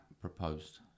proposed